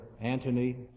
Anthony